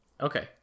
Okay